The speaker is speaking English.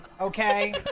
okay